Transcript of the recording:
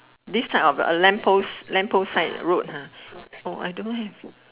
this side of the lamp post lamp post side road I don't know him